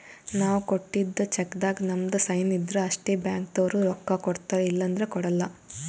ನಾವ್ ಕೊಟ್ಟಿದ್ದ್ ಚೆಕ್ಕ್ದಾಗ್ ನಮ್ ಸೈನ್ ಇದ್ರ್ ಅಷ್ಟೇ ಬ್ಯಾಂಕ್ದವ್ರು ರೊಕ್ಕಾ ಕೊಡ್ತಾರ ಇಲ್ಲಂದ್ರ ಕೊಡಲ್ಲ